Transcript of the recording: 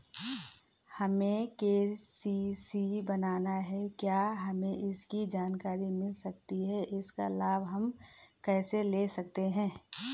हमें के.सी.सी बनाना है क्या हमें इसकी जानकारी मिल सकती है इसका लाभ हम कैसे ले सकते हैं?